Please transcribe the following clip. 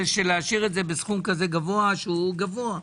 להשאיר את זה בסכום גבוה שהוא גבוה.